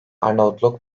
arnavutluk